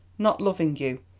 not loving you,